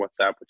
WhatsApp